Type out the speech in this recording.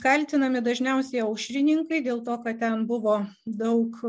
kaltinami dažniausiai aušrininkai dėl to kad ten buvo daug